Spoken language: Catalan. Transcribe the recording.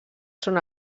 són